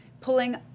pulling